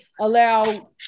allow